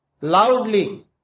loudly